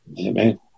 Amen